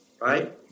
right